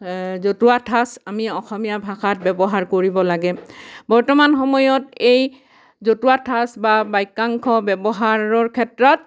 জতুৱা ঠাঁচ আমি অসমীয়া ভাষাত ব্যৱহাৰ কৰিব লাগে বৰ্তমান সময়ত এই জতুৱা ঠাঁচ বা বাক্যাংশ ব্যৱহাৰৰ ক্ষেত্ৰত